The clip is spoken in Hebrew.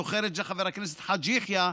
זוכר את זה חבר הכנסת חאג' יחיא,